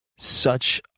such